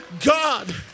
God